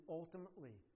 ultimately